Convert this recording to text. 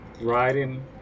riding